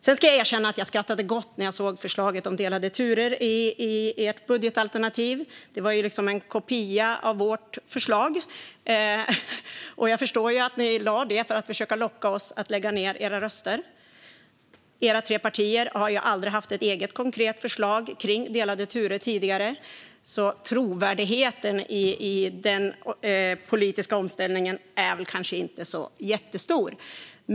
Sedan ska jag erkänna att jag skrattade gott när jag såg förslaget om delade turer i ert budgetalternativ. Det var som en kopia av vårt förslag. Jag förstår att ni lade fram det för att försöka locka oss att lägga ned våra röster. Era tre partier har aldrig tidigare haft ett eget konkret förslag kring delade turer, så trovärdigheten i den politiska omställningen är kanske inte jättestor.